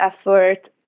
effort